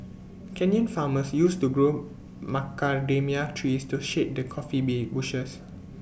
Kenyan farmers used to grow macadamia trees to shade their coffee bee bushes